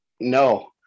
No